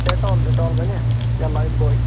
Dettol Dettol بنیہ یا life باے